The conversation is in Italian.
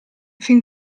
fin